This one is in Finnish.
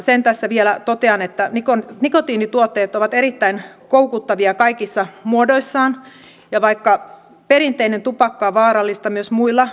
sen tässä vielä totean että nikotiinituotteet ovat erittäin koukuttavia kaikissa muodoissaan ja vaikka perinteinen tupakka on vaarallista myös muilla nikotiinituotteilla on haittoja